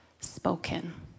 spoken